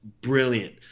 brilliant